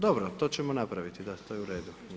Dobro, to ćemo napraviti, da, to je u redu.